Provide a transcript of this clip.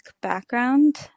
background